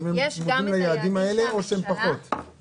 האם מתכוונים ליעדים האלה או ליעדים פחותים יותר?